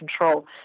control